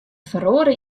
feroare